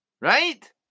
Right